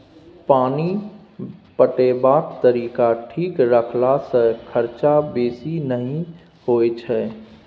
पानि पटेबाक तरीका ठीक रखला सँ खरचा बेसी नहि होई छै